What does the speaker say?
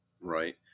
Right